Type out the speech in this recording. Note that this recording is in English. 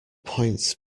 point